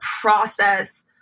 process